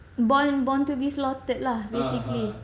born born to be slaughtered lah basically